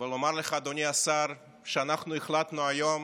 ולומר לך, אדוני השר, שאנחנו החלטנו היום